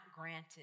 granted